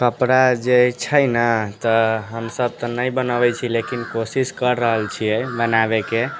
कपड़ा जे छै ने तऽ हमसब तऽ नहि बनेबै छी लेकिन कोशिश कर रहल छियै बनाबैके